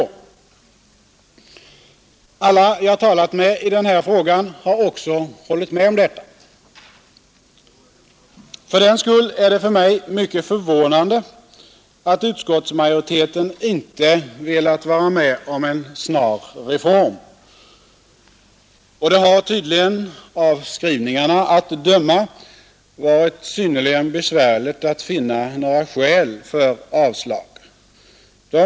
Alla jag talat med i denna fråga har också hållit med om detta. Fördenskull är det för mig mycket förvånande att utskottsmajoriteten inte velat vara med om en snar reform. Det har av skrivningarna att döma tydligen varit synnerligen besvärligt att finna några skäl för avslagsyrkandet.